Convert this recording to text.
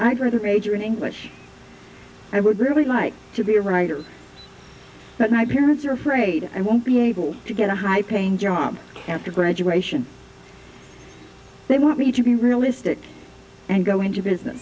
i'd rather major in english i would really like to be a writer but my parents are afraid i won't be able to get a high paying job after graduation they want me to be realistic and go into business